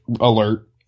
alert